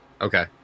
Okay